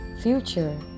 future